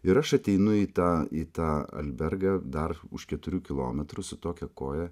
ir aš ateinu į tą į tą albergą dar už keturių kilometrų su tokia koja